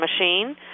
machine